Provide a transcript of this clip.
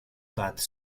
pattes